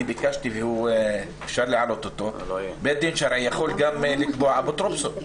אני ביקשתי ואפשר להעלות אותו יכול גם לקבוע אפוטרופסות.